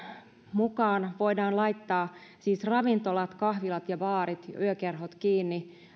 mukaan voidaan laittaa siis ravintolat kahvilat baarit ja yökerhot kiinni